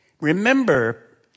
Remember